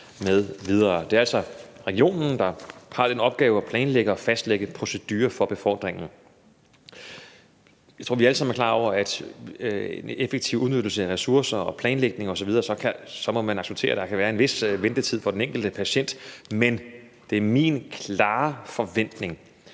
Det er altså regionen, der har den opgave at planlægge og fastlægge en procedure for befordringen. Jeg tror, at vi alle sammen er klar over, at man af hensyn til en effektiv udnyttelse af ressourcer og planlægning osv. må acceptere, at der kan være en vis ventetid for den enkelte patient, men det er min klare forventning,